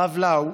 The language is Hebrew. הרב לאו,